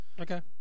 Okay